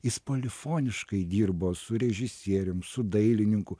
jis polifoniškai dirbo su režisierium su dailininku